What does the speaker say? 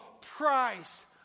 price